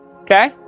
Okay